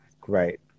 great